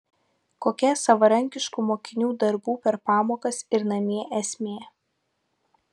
kokia savarankiškų mokinių darbų per pamokas ir namie esmė